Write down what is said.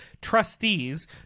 trustees